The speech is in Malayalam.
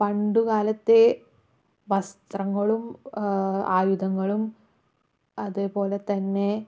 പണ്ടു കാലത്ത് വസ്ത്രങ്ങളും ആയുധങ്ങളും അതേപോലെ തന്നെ